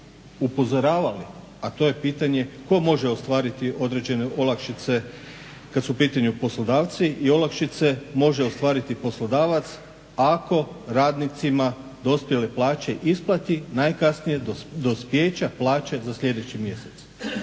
upozoravali, a to je pitanje tko može ostvariti određene olakšice kad su u pitanju poslodavci i olakšice može ostvariti poslodavac ako radnicima dospjele plaće isplati najkasnije do dospjeća plaće za sljedeći mjesec.